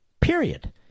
Period